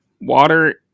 Water